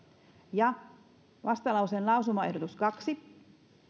ja vastalauseen lausumaehdotus kaksi